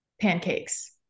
Pancakes